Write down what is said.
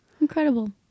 Incredible